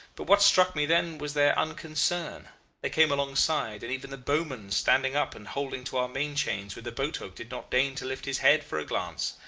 but what struck me then was their unconcern they came alongside, and even the bowman standing up and holding to our main-chains with the boat-hook did not deign to lift his head for a glance.